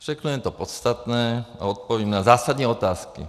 Řeknu jen to podstatné a odpovím na zásadní otázky.